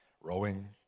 rowing